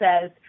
says